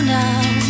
now